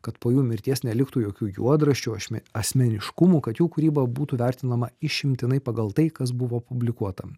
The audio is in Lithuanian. kad po jų mirties neliktų jokių juodraščių ašme asmeniškumų kad jų kūryba būtų vertinama išimtinai pagal tai kas buvo publikuota